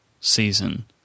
season